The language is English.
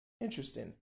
interesting